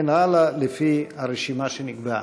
וכן הלאה, לפי הרשימה שנקבעה.